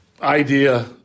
idea